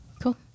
Cool